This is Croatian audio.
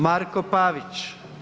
Marko Pavić.